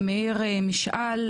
ולמאיר משעל,